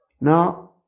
Now